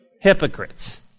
hypocrites